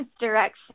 direction